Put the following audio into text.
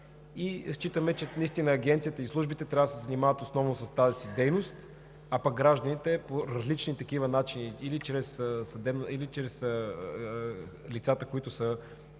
Считаме, че Агенцията и службите наистина трябва да се занимават основно с тази си дейност, а пък гражданите по различни начини – или чрез лицата, които са